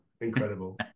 incredible